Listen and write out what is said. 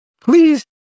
please